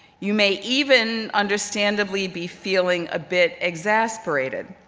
you may even understandably be feeling a bit exasperated.